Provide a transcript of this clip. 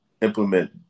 implement